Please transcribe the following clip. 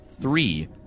three